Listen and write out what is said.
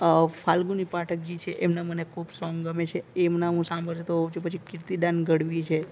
ફાલ્ગુની પાઠકજી છે એમના મને ખૂબ સોંગ ગમે છે એમના હું સાંભળતો હોવ છું પછી કીર્તિદાન ગઢવી છે